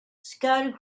scattered